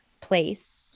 place